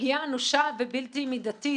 פגיעה אנושה ובלתי מידתית,